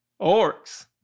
Orcs